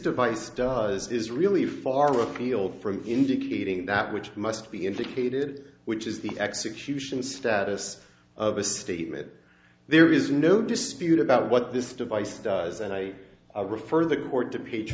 device does is really far afield from indicating that which must be indicated which is the execution status of a statement that there is no dispute about what this device does and i refer the court to page